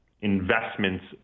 investments